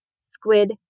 squid